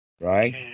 Right